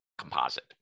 composite